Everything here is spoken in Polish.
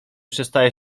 przestaje